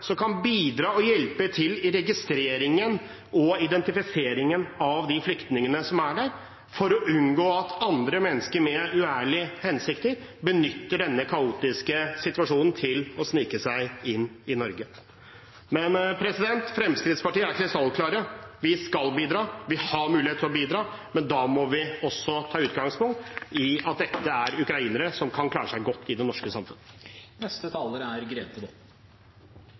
så de kan bidra og hjelpe til i registreringen og identifiseringen av de flyktningene som er der, for å unngå at andre mennesker med uærlige hensikter benytter denne kaotiske situasjonen til å snike seg inn i Norge. Fremskrittspartiet er krystallklare: Vi skal bidra, vi har mulighet til å bidra, men da må vi også ta utgangspunkt i at dette er ukrainere som kan klare seg godt i det norske samfunnet.